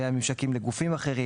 הממשק עם גופים אחרים,